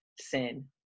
sin